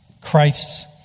Christ's